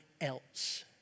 else